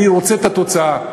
אני רוצה את התוצאה.